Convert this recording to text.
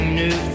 new